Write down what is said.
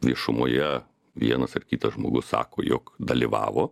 viešumoje vienas ar kitas žmogus sako jog dalyvavo